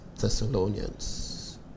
Thessalonians